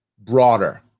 broader